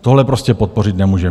Tohle prostě podpořit nemůžeme.